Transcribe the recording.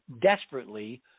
desperately